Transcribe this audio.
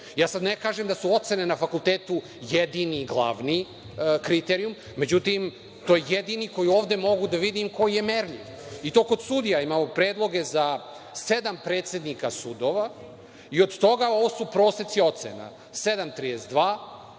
Ne kažem da su ocene na fakultetu jedini glavni kriterijum, međutim to je jedini koji ovde mogu da vidim koji je merljiv, i to kod sudija. Imamo i predloge za sedam predsednika sudova i od toga ovo su proseci ocena: 7,32;